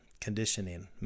conditioning